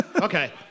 Okay